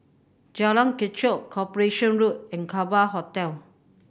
Jalan Kechot Corporation Road in Kerbau Hotel